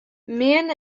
man